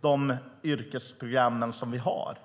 de yrkesprogram vi har.